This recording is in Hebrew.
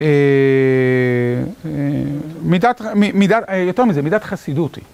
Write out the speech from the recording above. אהה.. מידת, מידת יותר מזה, מידת חסידות.